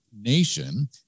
nation